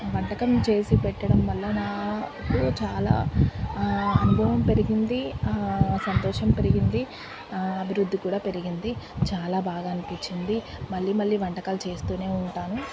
వంటకం చేసి పెట్టడం వల్ల నాకు చాలా గోము పెరిగింది సంతోషం పెరిగింది అభివృద్ధి కూడా పెరిగింది చాలా బాగా అనిపించింది మళ్ళీ మళ్ళీ వంటకాలు చేస్తూనే ఉంటాను